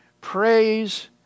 praise